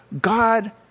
God